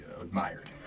admired